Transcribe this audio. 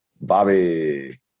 Bobby